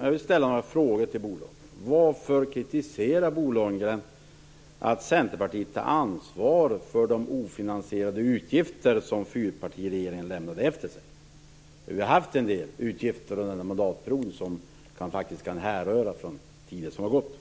Jag vill ställa några frågor till Bo Lundgren: Varför kritiserar Bo Lundgren att Centerpartiet tar ansvar för de ofinansierade utgifter som fyrpartiregeringen lämnade efter sig? Vi har ju haft en del utgifter under denna mandatperiod som faktiskt härrör från tider som har gått.